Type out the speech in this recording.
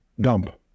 dump